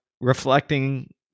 reflecting